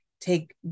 take